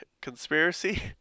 conspiracy